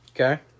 Okay